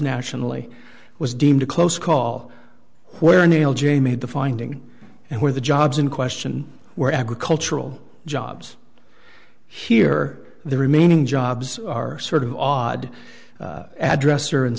nationally was deemed a close call where nail j made the finding and where the jobs in question were agricultural jobs here the remaining jobs are sort of off address or